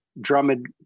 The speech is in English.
Drummond –